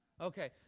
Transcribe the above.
Okay